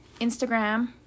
instagram